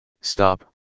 Stop